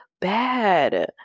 bad